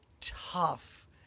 tough